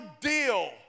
deal